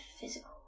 physical